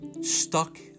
stuck